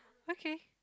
okay